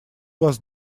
вас